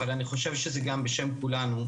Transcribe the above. אבל אני חושב שזה גם בשם כולנו,